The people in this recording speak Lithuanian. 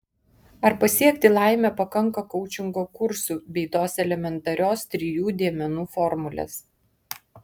ar pasiekti laimę pakanka koučingo kursų bei tos elementarios trijų dėmenų formulės